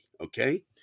Okay